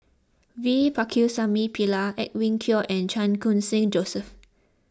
V Pakirisamy Pillai Edwin Koek and Chan Khun Sing Joseph